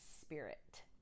spirit